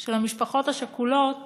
של המשפחות השכולות